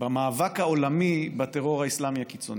במאבק העולמי בטרור האסלאמי הקיצוני.